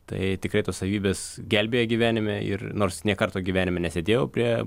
tai tikrai tos savybės gelbėja gyvenime ir nors nė karto gyvenime nesėdėjau prie